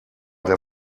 der